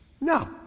No